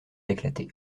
éclaté